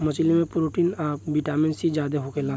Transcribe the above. मछली में प्रोटीन आ विटामिन सी ज्यादे होखेला